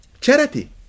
Charity